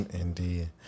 Indeed